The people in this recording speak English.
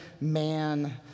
man